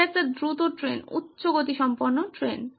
এটি একটি দ্রুত ট্রেন উচ্চ গতিসম্পন্ন ট্রেন